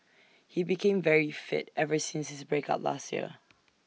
he became very fit ever since his break up last year